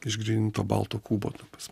išgryninto balto kūbo ta prasme